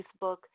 Facebook